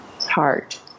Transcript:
heart